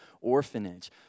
orphanage